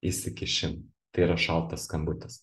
įsikišimo tai yra šaltas skambutis